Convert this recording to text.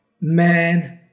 Man